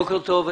בוקר טוב.